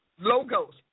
logos